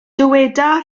dyweda